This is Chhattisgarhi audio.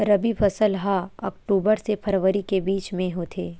रबी फसल हा अक्टूबर से फ़रवरी के बिच में होथे